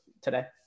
today